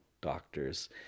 doctors